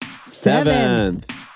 Seventh